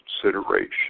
consideration